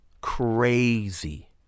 crazy